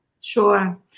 Sure